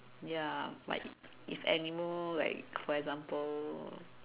ya like if animal like for example